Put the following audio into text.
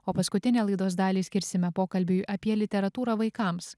o paskutinę laidos dalį skirsime pokalbiui apie literatūrą vaikams